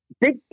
Big